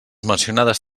mencionades